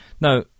Now